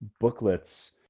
booklets